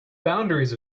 boundaries